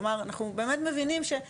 כלומר אנחנו באמת מבינים שמדובר,